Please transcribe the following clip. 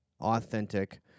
authentic